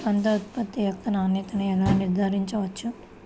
పంట ఉత్పత్తి యొక్క నాణ్యతను ఎలా నిర్ధారించవచ్చు?